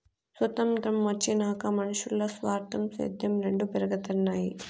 సొతంత్రం వచ్చినాక మనునుల్ల స్వార్థం, సేద్యం రెండు పెరగతన్నాయి